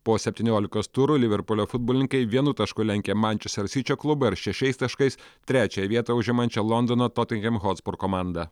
po septyniolikos turų liverpulio futbolininkai vienu tašku lenkia mančester sičio klubą ir šešiais taškais trečiąją vietą užimančią londono totinghem hotspur komandą